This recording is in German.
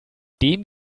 dem